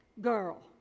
girl